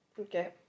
Okay